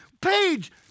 page